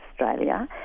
Australia